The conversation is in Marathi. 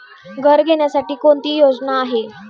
घर घेण्यासाठी कोणती योजना आहे?